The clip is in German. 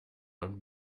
man